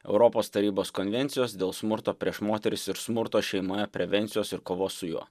europos tarybos konvencijos dėl smurto prieš moteris ir smurto šeimoje prevencijos ir kovos su juo